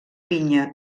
pinya